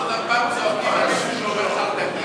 אתה שמעת אותם פעם צועקים על מישהו שאומר חרד"קים?